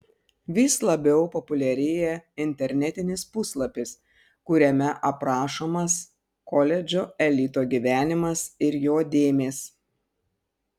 vis labiau populiarėja internetinis puslapis kuriame aprašomas koledžo elito gyvenimas ir jo dėmės